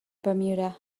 bermuda